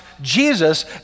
Jesus